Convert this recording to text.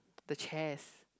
the chairs